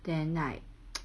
then like